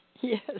Yes